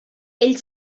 ell